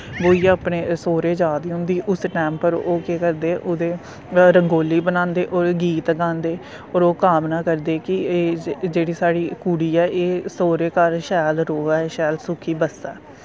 ब्होईयै अपने सौह्रे जा दी होंदी उस टैम पर ओह् केह् करदे उह्दे रंगोली बनांदे ओह्दे गीत गांदे और ओह् कामना करदे कि जेह्ड़ी साढ़ी कुड़ी ऐ एह् सौह्रे घर शैल रवै शैल सुखी बस्सै